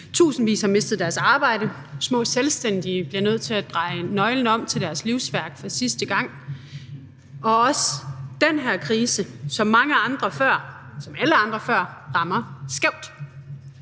tusindvis har mistet deres arbejde, og små selvstændige bliver nødt til at dreje nøglen til deres livsværk om for sidste gang, og den her krise rammer som mange andre før – som alle andre før – skævt.